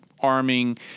arming